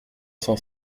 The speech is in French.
cent